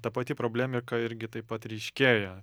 ta pati problemika irgi taip pat ryškėja